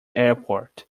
airport